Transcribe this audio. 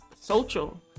social